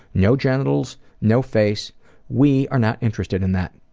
no genitals, no face we are not interested in that.